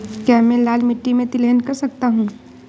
क्या मैं लाल मिट्टी में तिलहन कर सकता हूँ?